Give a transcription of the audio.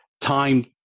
time